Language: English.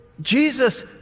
Jesus